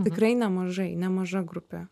tikrai nemažai nemaža grupė